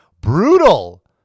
brutal